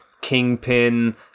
kingpin